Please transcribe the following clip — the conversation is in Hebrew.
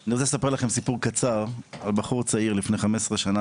אני רוצה לכם סיפור קצר על בחור צעיר לפני 15 שנה